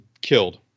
killed